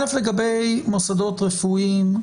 לגבי מוסדות רפואיים,